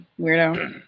weirdo